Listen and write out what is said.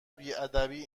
بیادبی